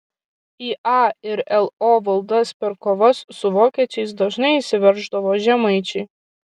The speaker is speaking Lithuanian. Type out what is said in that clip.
į a ir lo valdas per kovas su vokiečiais dažnai įsiverždavo žemaičiai